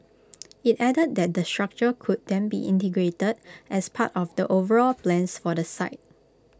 IT added that the structure could then be integrated as part of the overall plans for the site